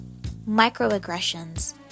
microaggressions